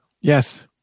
Yes